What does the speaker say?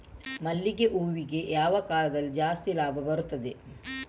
ಮಲ್ಲಿಗೆ ಹೂವಿಗೆ ಯಾವ ಕಾಲದಲ್ಲಿ ಜಾಸ್ತಿ ಲಾಭ ಬರುತ್ತದೆ?